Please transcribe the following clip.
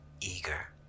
eager